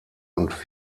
und